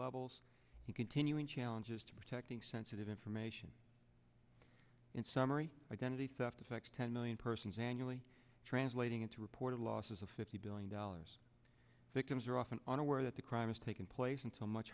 levels the continuing challenges to protecting sensitive information in summary identity theft affect ten million persons annually translating into reported losses of fifty billion dollars victims are often on aware that the crime has taken place and so much